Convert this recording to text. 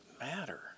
matter